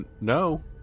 No